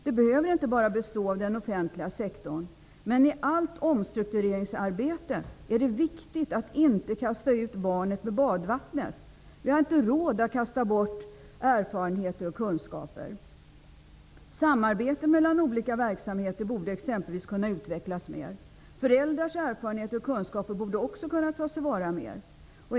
Det behöver inte bara vara den offentliga sektorn. Men i allt omstruktureringsarbete är det viktigt att inte kasta ut barnet med badvattnet. Vi har inte råd att kasta bort erfarenheter och kunskaper. Samarbetet mellan olika verksamheter borde exempelvis kunna utvecklas mer. Föräldrars erfarenheter och kunskaper borde också kunna tas till vara mer.